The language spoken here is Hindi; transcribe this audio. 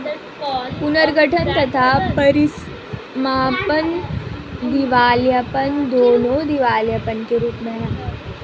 पुनर्गठन तथा परीसमापन दिवालियापन, दोनों दिवालियापन के रूप हैं